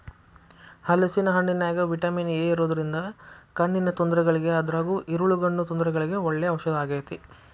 ಹಲೇಸಿನ ಹಣ್ಣಿನ್ಯಾಗ vitamin A ಇರೋದ್ರಿಂದ ಕಣ್ಣಿನ ತೊಂದರೆಗಳಿಗೆ ಅದ್ರಗೂ ಇರುಳುಗಣ್ಣು ತೊಂದರೆಗಳಿಗೆ ಒಳ್ಳೆ ಔಷದಾಗೇತಿ